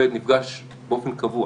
נפגש באופן קבוע